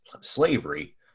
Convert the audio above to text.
slavery